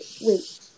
Wait